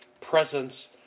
presence